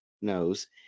knows